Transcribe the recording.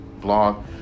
blog